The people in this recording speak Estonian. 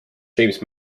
james